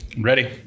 Ready